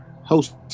host